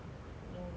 no no